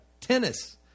Tennis